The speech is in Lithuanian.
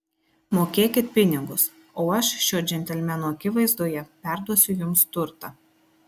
mokėkit pinigus o aš šio džentelmeno akivaizdoje perduosiu jums turtą